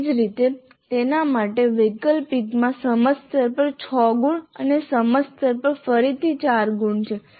તેવી જ રીતે તેના માટે વૈકલ્પિકમાં સમજ સ્તર પર 6 ગુણ અને સમજ સ્તર પર ફરીથી 4 ગુણ છે